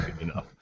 enough